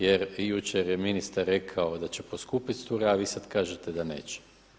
Jer jučer je ministar rekao da će poskupit struja, a vi sad kažete da neće.